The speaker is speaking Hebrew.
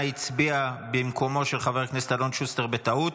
הצביע במקומו של חבר הכנסת אלון שוסטר בטעות.